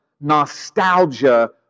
nostalgia